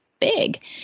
big